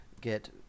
get